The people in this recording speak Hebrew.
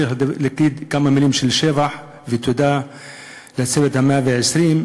צריך להגיד כמה מילים של שבח ותודה ל"צוות 120 הימים",